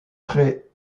près